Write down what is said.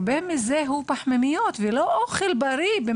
הרבה ממה שמקבלים שם זה פחמימות ולא אוכל בריא.